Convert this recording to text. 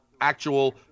actual